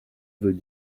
veut